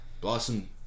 Blossom